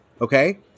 Okay